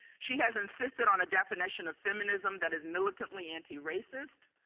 she has insisted on a definition of feminism that is militantly anti-racist.